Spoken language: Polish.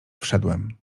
wszedłem